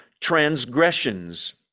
transgressions